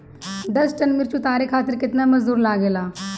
दस टन मिर्च उतारे खातीर केतना मजदुर लागेला?